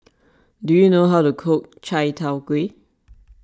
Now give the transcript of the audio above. do you know how to cook Chai Tow Kuay